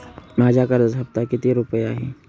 माझ्या कर्जाचा हफ्ता किती रुपये आहे?